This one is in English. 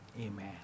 Amen